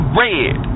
red